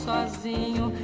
Sozinho